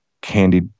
candy